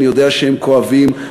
אני יודע שהם כואבים,